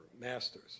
masters